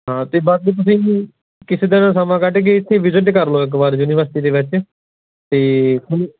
ਹਾਂ ਅਤੇ ਬਾਕੀ ਤੁਸੀਂ ਜੀ ਕਿਸੇ ਦਿਨ ਸਮਾਂ ਕੱਢ ਕੇ ਇੱਥੇ ਵਿਜ਼ਿਟ ਕਰ ਲਉ ਇੱਕ ਵਾਰ ਯੂਨੀਵਰਸਿਟੀ ਦੇ ਵਿੱਚ ਅਤੇ ਤੁਹਾਨੂੰ